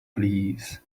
please